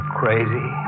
crazy